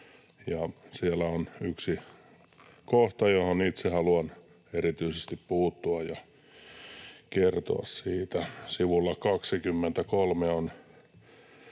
siellä on yksi kohta, johon itse haluan erityisesti puuttua ja kertoa siitä. Sivulla 23 on